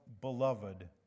beloved